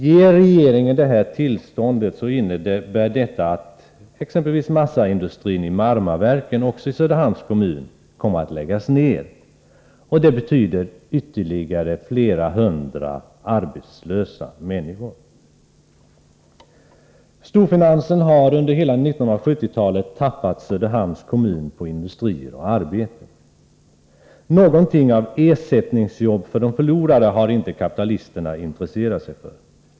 Ger regeringen detta tillstånd innebär det att exempelvis massaindustrin i Marmaverken, också i Söderhamns kommun, kommer att läggas ned. Detta betyder ytterligare flera hundra arbetslösa människor. Storfinansen har under hela 1970-talet tappat Söderhamns kommun på industrier och arbeten. Några ersättningsjobb för de förlorade har inte kapitalisterna intresserat sig för.